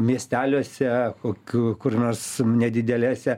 miesteliuose kokių kur nors nedidelėse